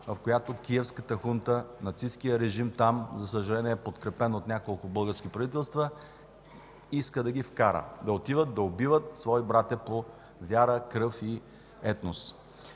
в която Киевската хунта, нацисткият режим там, за съжаление, подкрепен от няколко български правителства, иска да ги вкара – да отиват, да убиват свои братя по вяра, кръв и етнос.